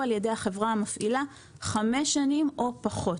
על ידי החברה המפעילה חמש שנים או פחות.